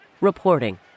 Reporting